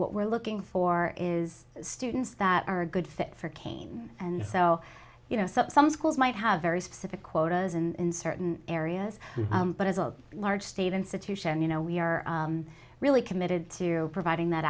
what we're looking for is students that are a good fit for cain and so you know some some schools might have very specific quotas in certain areas but as a large state institution you know we are really committed to providing that